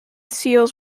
seals